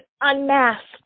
unmasked